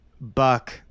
buck